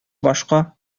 башка